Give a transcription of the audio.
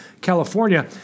California